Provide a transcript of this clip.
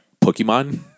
Pokemon